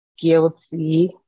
guilty